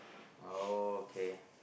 oh okay